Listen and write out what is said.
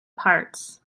parts